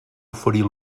oferir